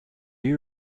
you